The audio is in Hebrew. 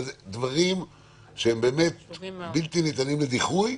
דברים שהם באמת בלתי ניתנים לדיחוי,